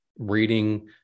reading